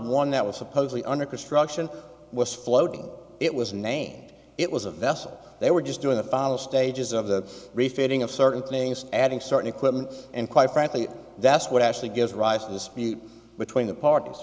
one that was supposedly under construction was floating it was name it was a vessel they were just doing the final stages of the refitting of certain things adding certain equipment and quite frankly that's what actually gives rise to the speed between the parties